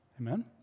Amen